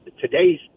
today's